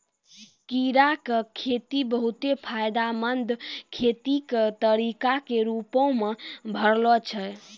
कीड़ा के खेती बहुते फायदामंद खेती के तरिका के रुपो मे उभरलो छै